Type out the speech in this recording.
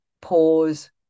pause